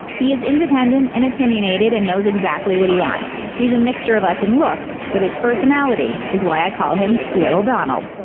he is independent and opinionated and knows exactly what he wants. he is a and mixture of us in looks, but his personality is why i call him little donald.